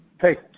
Hey